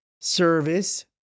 service